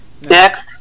Next